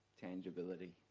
tangibility